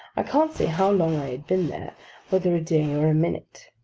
i can't say how long i had been there whether a day or a minute.